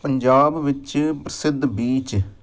ਪੰਜਾਬ ਵਿੱਚ ਪ੍ਰਸਿੱਧ ਬੀਚ